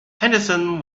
henderson